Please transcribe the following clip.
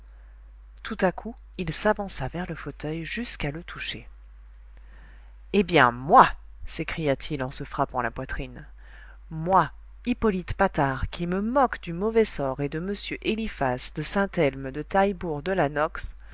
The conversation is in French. tout à coup il s'avança vers le fauteuil jusqu'à le toucher eh bien moi s'écria-t-il en se frappant la poitrine moi hippolyte patard qui me moque du mauvais sort et de m eliphas de saint-elme de